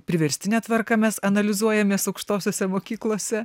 priverstine tvarka mes analizuojamės aukštosiose mokyklose